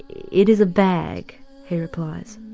it is a bag he replies.